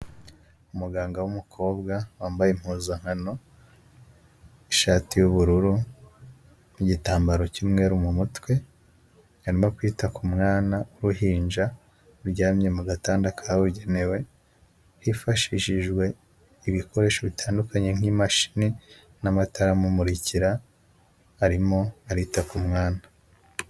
Umuganga w'umukobwa wambaye impuzankano ishati y'ubururu n'igitambaro cy'umweru mu mutwe arimo kwita ku mwana w'uruhinja ruryamye mu gatanda kabugenewe hifashishijwe ibikoresho bitandukanye nk'imashini n'amatara amumurikira arimo arita ku mwana.